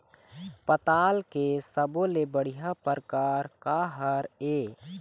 पताल के सब्बो ले बढ़िया परकार काहर ए?